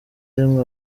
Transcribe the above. rimwe